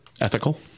ethical